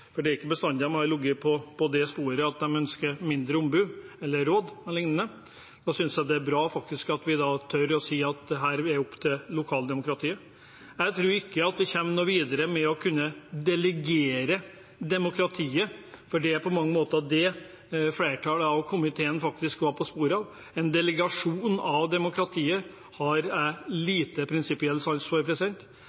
at dette er opp til lokaldemokratiet, for det er ikke bestandig de har ligget på det sporet at de ønsker færre ombud, råd e.l. Jeg tror ikke vi kommer videre med å kunne delegere demokratiet, for det er på mange måter det flertallet i komiteen faktisk var på sporet av. En delegering av demokratiet har jeg liten prinsipiell